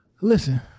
listen